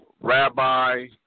Rabbi